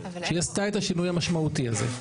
שהיא עשתה את השינוי המשמעותי הזה,